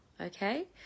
Okay